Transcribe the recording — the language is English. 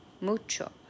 mucho